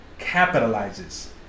capitalizes